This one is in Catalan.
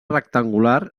rectangular